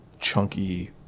chunky